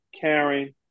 caring